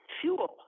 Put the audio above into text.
fuel